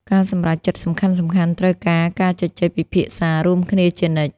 ការសម្រេចចិត្តសំខាន់ៗត្រូវការការជជែកពិភាក្សារួមគ្នាជានិច្ច។